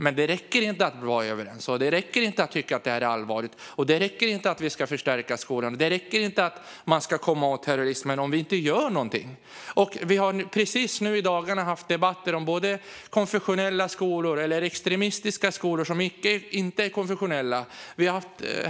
Men det räcker inte att vara överens, det räcker inte att tycka att det här är allvarligt, det räcker inte att vi ska förstärka skolan och det räcker inte att man ska komma åt terrorismen om vi inte gör någonting. Vi har just nu i dagarna haft debatter om både konfessionella skolor och extremistiska skolor som inte är konfessionella.